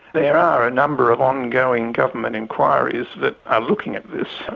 there are a number of ongoing government enquiries that are looking at this,